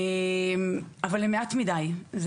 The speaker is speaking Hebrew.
אבל הם מעטים מדי.